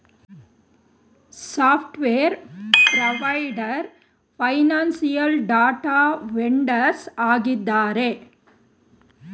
software provider, financial data vendors ಆಗಿದ್ದಾರೆ